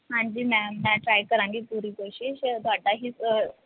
ਹਾਂਜੀ ਮੈਮ ਮੈਂ ਟਰਾਈ ਕਰਾਂਗੀ ਪੂਰੀ ਕੋਸ਼ਿਸ਼ ਤੁਹਾਡਾ ਹੀ